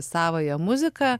savąją muziką